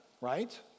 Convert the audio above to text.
right